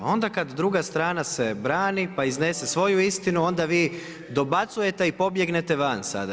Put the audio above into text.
A onda kad druga strana se brani, pa iznese svoju istinu, onda vi dobacujete i pobjegnete van sada.